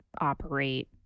operate